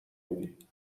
میدی